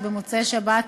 שבמוצאי שבת